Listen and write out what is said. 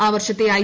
ആ വർഷത്തെ ഐ